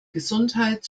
gesundheit